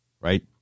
right